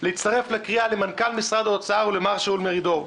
להצטרף לקריאה למנכ"ל משרד האוצר ולמר שאול מרידור.